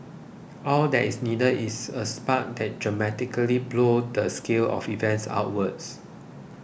all that is needed is a spark that dramatically blow the scale of events outwards